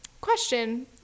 question